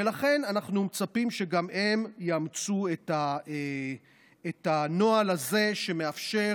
ולכן אנחנו מצפים שגם הם יאמצו את הנוהל הזה שמאפשר